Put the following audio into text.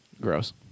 gross